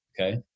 okay